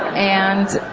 and.